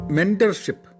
Mentorship